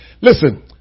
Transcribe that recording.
listen